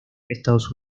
estados